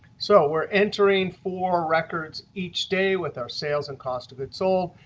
so we're entering four records each day with our sales and cost of goods sold.